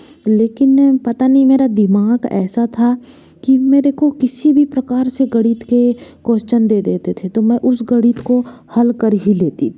लेकिन पता नहीं मेरा दिमाग ऐसा था कि मेरे को किसी भी प्रकार से गणित के कोस्चन दे देते थे तो मैं उस गणित को हल कर ही लेती